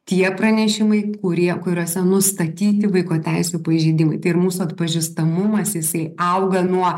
tie pranešimai kurie kuriuose nustatyti vaiko teisių pažeidimai tai ir mūsų atpažįstamumas jisai auga nuo